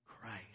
Christ